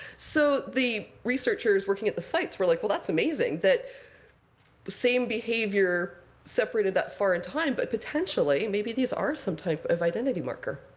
so the researchers working at the sites were like, well, that's amazing, that same behavior separated that far in time. but potentially, maybe these are some type of identity marker.